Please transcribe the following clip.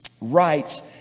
writes